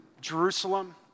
Jerusalem